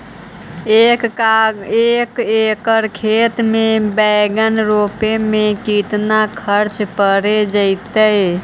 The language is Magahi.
एक एकड़ खेत में बैंगन रोपे में केतना ख़र्चा पड़ जितै?